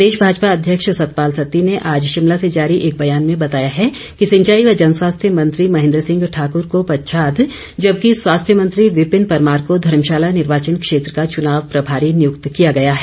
प्रदेश भाजपा अध्यक्ष सतपाल सत्ती ने आज शिमला से जारी एक ब्यान में बताया है कि सिंचाई व जनस्वास्थ्य मंत्री महेंद्र सिंह ठाकूर को पच्छाद जबकि स्वास्थ्य मंत्री विपिन परमार को धर्मशाला निर्वाचन क्षेत्र का चुनाव प्रभारी नियुक्त किया गया है